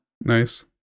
Nice